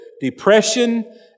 depression